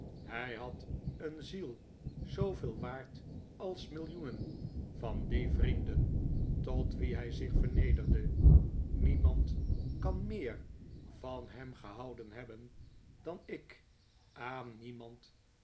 hij had een ziel zooveel waard als millioenen van die vrienden tot wie hij zich vernederde niemand kan meer van hem gehouden hebben dan ik aan niemand